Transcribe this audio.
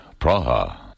Praha